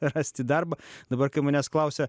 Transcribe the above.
rasti darbą dabar kai manęs klausia